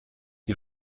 die